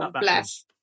Bless